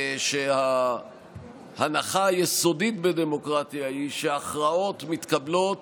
שההנחה היסודית בדמוקרטיה היא שההכרעות מתקבלות